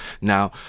Now